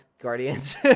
guardians